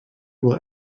will